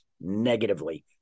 negatively